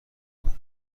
کنم